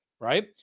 right